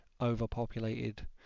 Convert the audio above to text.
overpopulated